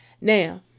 Now